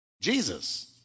Jesus